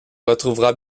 retrouvera